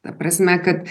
ta prasme kad